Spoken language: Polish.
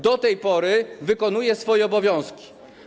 Do tej pory wykonuje swoje obowiązki.